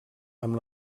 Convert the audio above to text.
amb